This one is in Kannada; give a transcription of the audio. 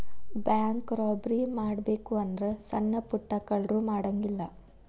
ಬ್ಯಾಂಕ್ ರಾಬರಿ ಮಾಡ್ಬೆಕು ಅಂದ್ರ ಸಣ್ಣಾ ಪುಟ್ಟಾ ಕಳ್ರು ಮಾಡಂಗಿಲ್ಲಾ